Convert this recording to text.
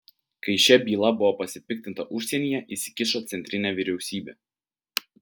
kai šia byla buvo pasipiktinta užsienyje įsikišo centrinė vyriausybė